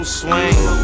swing